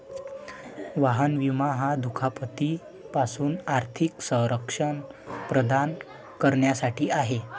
वाहन विमा हा दुखापती पासून आर्थिक संरक्षण प्रदान करण्यासाठी आहे